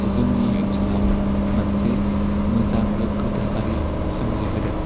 जोंनि ओनसोलाव मोनसे मोजां गोगो थासारि सोमजि होदों